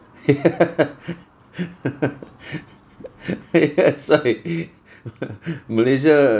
yeah that's why malaysia